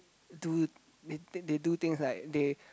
do they they do things like they